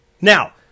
Now